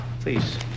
Please